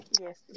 yes